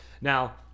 Now